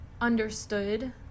understood